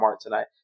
tonight